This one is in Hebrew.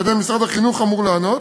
לא יודע אם משרד החינוך אמור לענות.